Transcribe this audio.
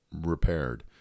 repaired